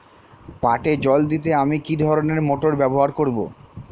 পাটে জল দিতে আমি কি ধরনের মোটর ব্যবহার করব?